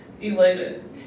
elated